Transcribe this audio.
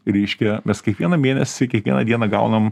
reiškia mes kiekvieną mėnesį kiekvieną dieną gaunam